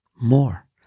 more